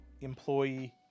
employee